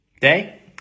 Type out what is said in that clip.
day